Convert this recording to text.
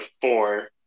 four